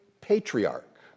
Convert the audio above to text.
patriarch